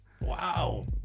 wow